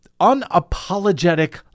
unapologetic